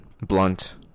blunt